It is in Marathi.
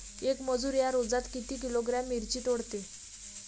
येक मजूर या रोजात किती किलोग्रॅम मिरची तोडते?